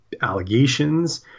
allegations